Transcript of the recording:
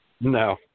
No